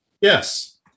Yes